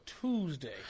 Tuesday